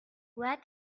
what